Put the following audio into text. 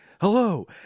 Hello